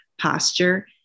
posture